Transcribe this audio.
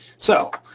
so